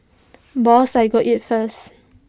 boss I go eat first